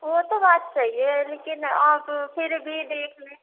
وہ تو بات صحیح ہے لیکن آپ پھر بھی دیکھ لیں